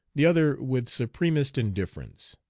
the other with supremest indifference.